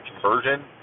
conversion